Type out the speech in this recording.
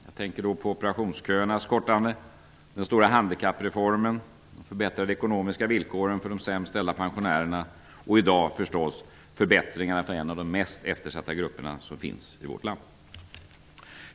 Jag tänker på förkortandet av operationsköer, den stora handikappreformen, de förbättrade ekonomiska villkoren för de sämst ställda pensionärerna och i dag förbättringarna för en av de mest eftersatta grupper som finns i vårt land.